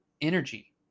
energy